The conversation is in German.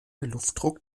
luftdruck